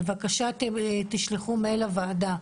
בבקשה תשלחו מייל לוועדה.